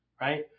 right